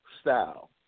style